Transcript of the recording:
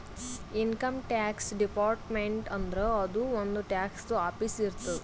income tax department ಅಂದುರ್ ಅದೂ ಒಂದ್ ಟ್ಯಾಕ್ಸದು ಆಫೀಸ್ ಇರ್ತುದ್